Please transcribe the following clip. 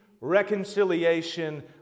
reconciliation